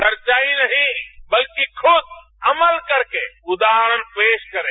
चर्चा ही नहीं बल्कि खुद अमल करके उदाहरण पेश करें